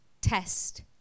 test